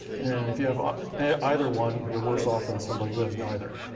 and if you have either one, you're worse off than somebody who has neither.